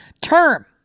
term